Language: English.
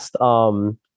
last